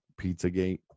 Pizzagate